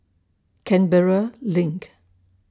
Canberra LINK